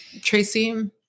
Tracy